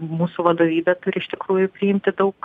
mūsų vadovybė turi iš tikrųjų priimti daug